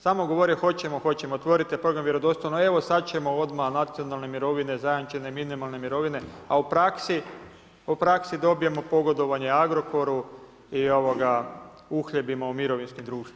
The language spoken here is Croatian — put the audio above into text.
Samo govore hoćemo, hoćemo, otvorite program vjerodostojno, evo sad ćemo odmah, nacionalne mirovine, zajamčene minimalne mirovine, a u praksi – u praksi dobijemo pogodovanje Agrokoru i uhljebima u mirovinskim društvima.